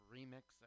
Remix